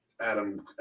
Adam